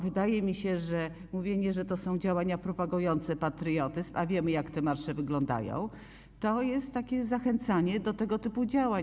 Wydaje mi się, że mówienie, że to są działania propagujące patriotyzm, a wiemy, jak te marsze wyglądają, to jest zachęcanie do tego typu działań.